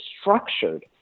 structured